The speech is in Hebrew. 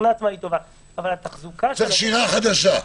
אבל התחזוקה שלה --- צריך שירה חדשה.